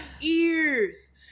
ears